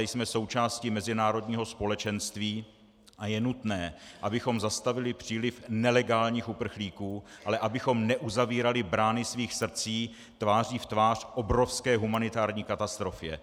Jsme ale součástí mezinárodního společenství a je nutné, abychom zastavili příliv nelegálních uprchlíků, ale abychom neuzavírali brány svých srdcí tváří v tvář obrovské humanitární katastrofě.